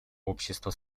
общество